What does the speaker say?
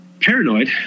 Paranoid